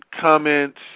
comments